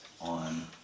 on